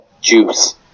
juice